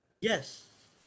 Yes